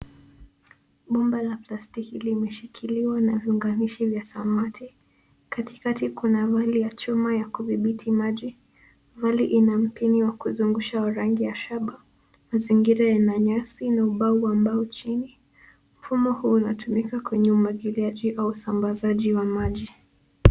Bomba la plastiki limeshikiliwa na viunganishi vya samawati. Katikati kuna vali ya chuma ya kudhibiti maji. Vali ina mpini wa kuzungusha wa rangi ya shaba. Mazingira yana nyasi na ubao wa mbao chini. Mfumo huu unatumika kwenye umwagiliaji au usambazaji wa maji.